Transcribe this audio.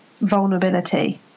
vulnerability